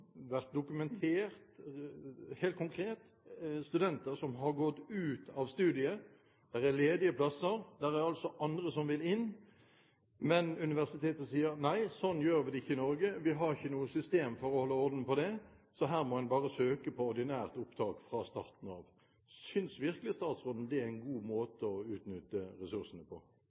dokumentert helt konkret at studenter har gått ut av studiet. Det er ledige plasser, og det er altså andre som vil inn, men universitetet sier nei – slik gjør vi det ikke i Norge. Vi har ikke noe system for å holde orden på det, så her må en bare søke om ordinært opptak fra starten av. Synes virkelig statsråden det er en god måte å utnytte ressursene på?